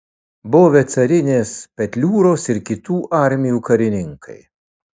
buvę carinės petliūros ir kitų armijų karininkai